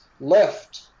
left